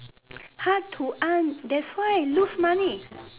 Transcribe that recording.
how to earn that's why lose money